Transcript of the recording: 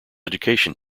education